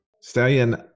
Stallion